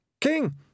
king